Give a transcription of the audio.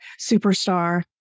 superstar